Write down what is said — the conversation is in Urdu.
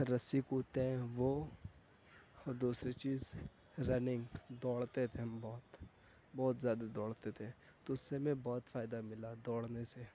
رسی کودتے ہیں وہ اور دوسری چیز رننگ دوڑتے تھے ہم بہت بہت زیادہ دوڑتے تھے تو اس سے ہمیں بہت فائدہ ملا دوڑنے سے